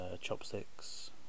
chopsticks